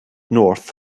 north